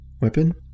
Weapon